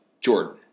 Jordan